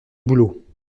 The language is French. boulot